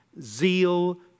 zeal